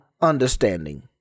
understanding